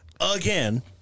again